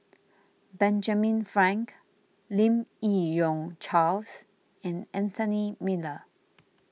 Benjamin Frank Lim Yi Yong Charles and Anthony Miller